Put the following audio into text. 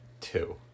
Two